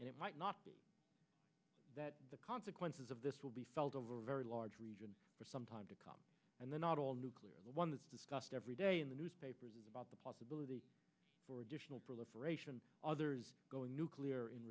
and it might not be that the consequences of this will be felt over a very large region for some time to come and then not all nuclear one is discussed every day in the newspapers about the possibility for additional proliferation others going nuclear in